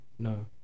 No